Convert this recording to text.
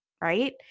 right